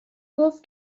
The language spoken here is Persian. گفت